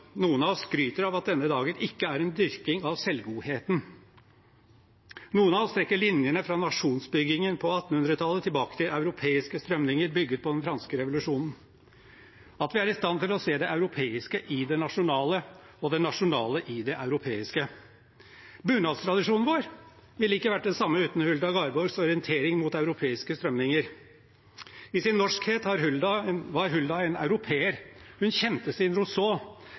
Noen av oss skryter av at denne dagen ikke er en dyrking av selvgodheten. Noen av oss trekker linjene fra nasjonsbyggingen på 1800-tallet tilbake til europeiske strømninger bygget på den franske revolusjonen, og at vi er i stand til å se det europeiske i det nasjonale – og det nasjonale i det europeiske. Bunadstradisjonen vår ville ikke vært den samme uten Hulda Garborgs orientering mot europeiske strømninger. I sin norskhet var Hulda en europeer. Hun kjente sin